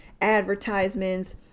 advertisements